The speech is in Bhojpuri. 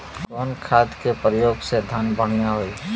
कवन खाद के पयोग से धान बढ़िया होई?